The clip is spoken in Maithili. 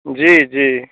जी जी